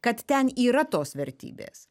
kad ten yra tos vertybės